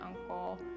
uncle